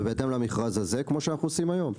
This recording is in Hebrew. ובהתאם אליו, כפי שאנו עושים היום.